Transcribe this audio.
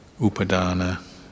Upadana